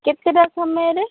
କେତେଟା ସମୟରେ